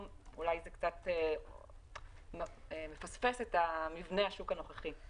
זה משהו שמפספס את מבנה השוק הנוכחי.